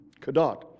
Cadot